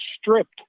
stripped